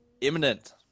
imminent